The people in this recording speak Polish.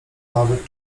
nawet